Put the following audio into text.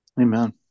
Amen